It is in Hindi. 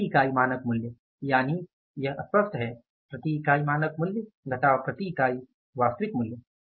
प्रति इकाई मानक मूल्य यानि यह स्पष्ट है प्रति इकाई मानक मूल्य प्रति इकाई वास्तविक मूल्य